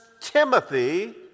Timothy